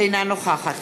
אינה נוכחת